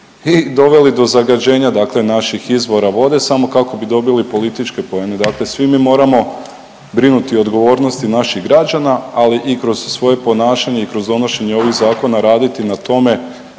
i doveli do zagađenja naših izvora vode samo kako bi dobili političke poene. Dakle svi mi moramo brinuti o odgovornosti naših građana, ali i kroz svoje ponašanje i kroz donošenje ovih zakona raditi na tome